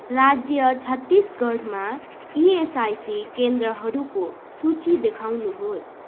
राज्य छत्तिसगढमा इएसआइसी केन्द्रहरूको सूची देखाउनुहोस्